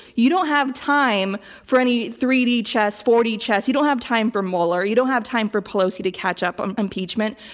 you don't have time for any three d chess four d chess. you don't have time for mueller. you don't have time for pelosi to catch up on impeachment.